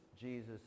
Jesus